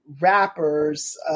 rappers